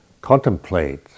contemplate